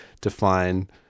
define